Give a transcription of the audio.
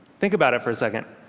think about it for a second.